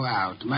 out